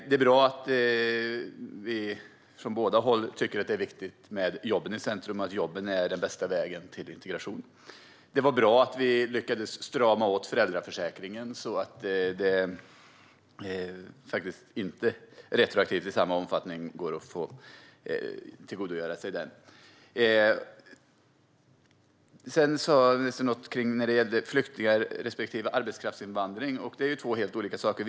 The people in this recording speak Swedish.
Det är bra att vi från båda håll tycker att det är viktigt med jobben i centrum och att jobben är bästa vägen till integration. Det var bra att vi lyckades strama åt föräldraförsäkringen så att det inte går att tillgodogöra sig den retroaktivt i samma omfattning. Ministern sa något när det gäller flyktingar och arbetskraftsinvandring. Det är två helt olika saker.